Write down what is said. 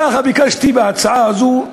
כך ביקשתי בהצעה הזאת,